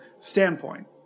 standpoint